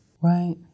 Right